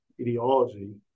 ideology